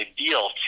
ideal